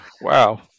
Wow